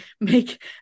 make